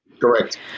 Correct